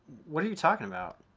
what are you talking about?